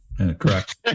Correct